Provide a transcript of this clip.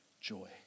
joy